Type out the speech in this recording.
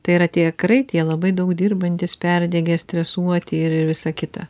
tai yra tie krai tie labai daug dirbantys perdegę stresuoti ir ir visa kita